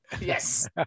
Yes